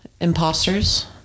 imposters